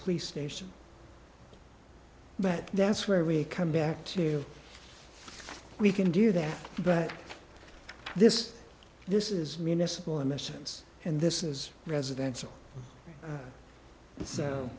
police station but that's where we come back to we can do that but this this is municipal emissions and this is residential